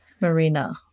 marina